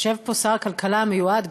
יושב פה שר הכלכלה המיועד,